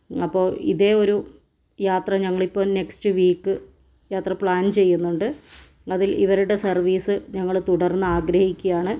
അപ്പോൾ ഇതേ ഒരു യാത്ര ഞങ്ങളിപ്പോ നെക്സ്റ്റ് വീക്ക് യാത്ര പ്ലാൻ ചെയ്യുന്നുണ്ട് അതിൽ ഇവരുടെ സർവീസ് ഞങ്ങൾ തുടർന്ന് ആഗ്രഹിക്കുകയാണ്